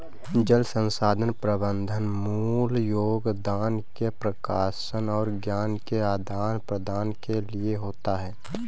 जल संसाधन प्रबंधन मूल योगदान के प्रकाशन और ज्ञान के आदान प्रदान के लिए होता है